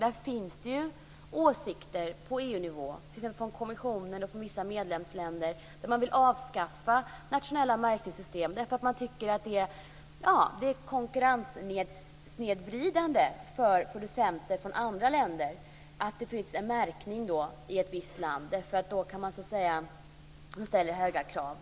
Därför finns det åsikter på EU-nivå, t.ex. från kommissionens och från vissa medlemsländers sida, om att avskaffa nationella märkningssystem. Man tycker att det är konkurrenssnedvridande för producenter från andra länder att det finns en märkning i ett visst land. Det ställer höga krav.